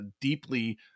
deeply